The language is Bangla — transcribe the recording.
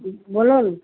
বলুন